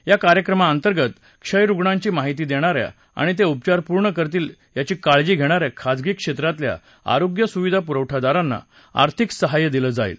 या कार्यक्रमातर्गत क्षयरुग्णांची माहिती देणा या आणि ते उपचार पूर्ण करतील याची काळजी घेणा या खाजगी क्षेत्रातल्या आरोग्य सुविधा पूरवठादारांना आर्थिक सहाय्य दिलं जाईल